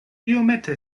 iomete